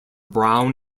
brown